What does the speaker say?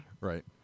Right